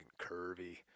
curvy